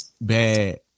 Bad